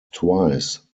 twice